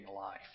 life